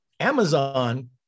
Amazon